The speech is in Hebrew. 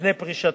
לפני פרישתו.